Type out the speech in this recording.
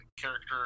character